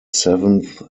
seventh